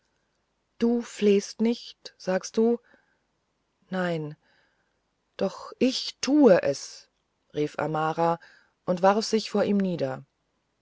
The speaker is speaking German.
du flehst nicht sagst du nein doch ich tu es rief amara und warf sich vor ihm nieder